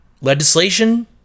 Legislation